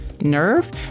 nerve